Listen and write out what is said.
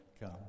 come